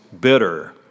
bitter